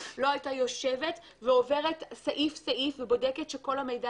היא לא הייתה יושבת ועוברת סעיף סעיף ובודקת שכל המידע